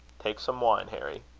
take some wine, harry.